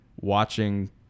watching